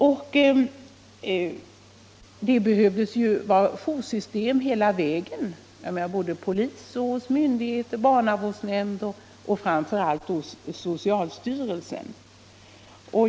Det skulle behövas ett joursystem hos alla berörda myndigheter: hos polis, hos barnavårdsnämnd och framför allt hos socialstyrelsen.